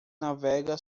navega